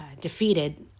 defeated